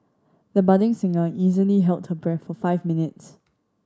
the budding singer easily held her breath for five minutes